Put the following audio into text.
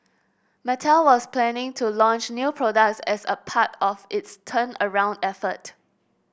Mattel was planning to launch new products as a part of its turnaround effort